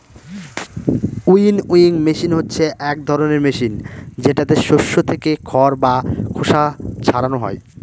winnowing machine হচ্ছে এক ধরনের মেশিন যেটাতে শস্য থেকে খড় বা খোসা ছারানো হয়